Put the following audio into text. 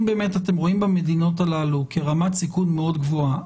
אם באמת אתם רואים במדינות הללו רמת סיכון מאוד גבוהה,